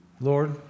Lord